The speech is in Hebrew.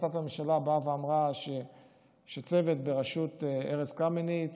החלטת הממשלה באה ואמרה שצוות בראשות ארז קמיניץ